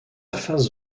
face